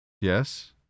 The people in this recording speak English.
Yes